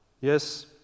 yes